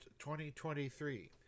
2023